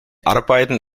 arbeiten